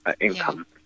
income